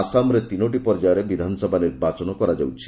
ଆସାମରେ ତିନୋଟି ପର୍ଯ୍ୟାୟରେ ବିଧାନସଭା ନିର୍ବାଚନ କରାଯାଉଛି